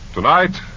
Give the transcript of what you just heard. Tonight